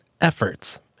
efforts